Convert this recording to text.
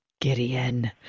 Gideon